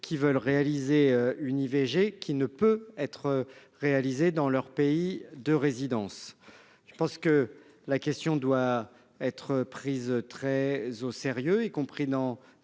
qui veulent réaliser une IVG, quand ce n'est pas possible dans leur pays de résidence. Je pense que la question doit être prise très au sérieux, en particulier dans